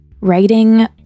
writing